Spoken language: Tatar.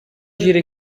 җире